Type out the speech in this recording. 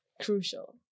crucial